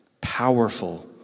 Powerful